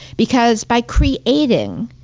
because by creating,